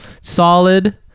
solid